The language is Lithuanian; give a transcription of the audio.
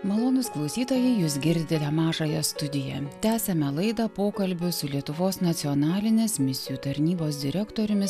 malonūs klausytojai jūs girdite mažąją studiją tęsiame laidą pokalbiu su lietuvos nacionalinės misijų tarnybos direktoriumi